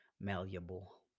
malleable